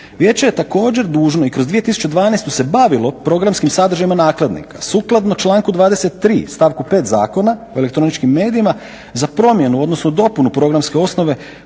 Vijeće je također dužno i kroz 2012.se bavilo programskim sadržajima nakladnika sukladno članku 23.stavku 5.zakona o elektroničkim medijima za promjenu odnosno dopunu programske osnove